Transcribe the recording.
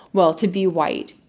well, to be white,